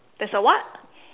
there's a what